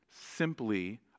simply